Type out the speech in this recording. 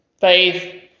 faith